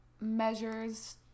measures